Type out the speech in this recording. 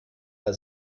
der